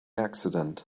accident